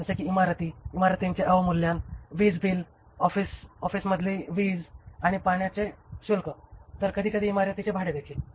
जसे कि इमारती इमारतींचे अवमूल्यन वीजबिल ऑफिसर मधील वीज आणि पाण्याचे शुल्क तर कधी कधी इमारतीचे भाडे देखील